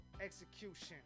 execution